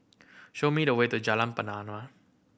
show me the way to Jalan Pernama